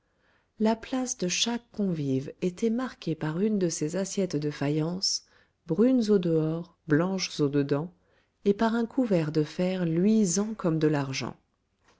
la place de chaque convive était marquée par une de ces assiettes de faïence brunes au dehors blanches au dedans et par un couvert de fer luisant comme de l'argent